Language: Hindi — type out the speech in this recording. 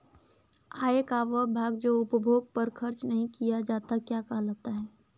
आय का वह भाग जो उपभोग पर खर्च नही किया जाता क्या कहलाता है?